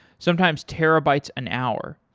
sometimes terabytes an hour.